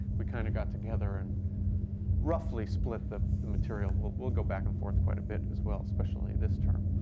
we kind of got together and roughly split the the material. we'll go back and forth quite a bit as well, especially this term.